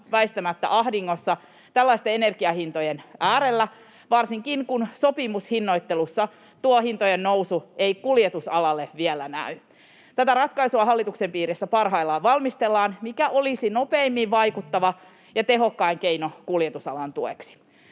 väistämättä ahdingossa tällaisten energianhintojen äärellä, varsinkin kun sopimushinnoittelussa tuo hintojen nousu ei kuljetusalalle vielä näy. Tätä ratkaisua hallituksen piirissä parhaillaan valmistellaan, mikä olisi nopeimmin vaikuttava ja tehokkain keino kuljetusalan tueksi.